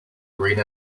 green